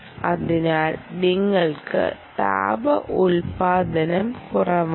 അതിനാൽ നിങ്ങൾക്ക് താപ ഉൽപാദനം കുറവാണ്